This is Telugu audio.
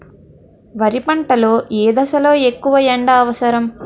వరి పంట లో ఏ దశ లొ ఎక్కువ ఎండా అవసరం?